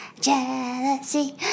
Jealousy